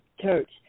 church